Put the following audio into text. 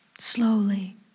Slowly